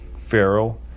pharaoh